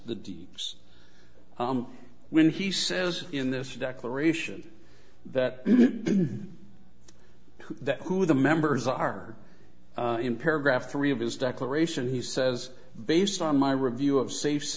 deeps when he says in this declaration that that who the members are in paragraph three of his declaration he says based on my review of safe